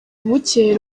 bukeye